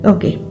Okay